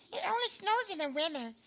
it only snows in the winter.